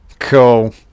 Cool